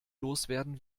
loswerden